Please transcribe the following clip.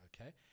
Okay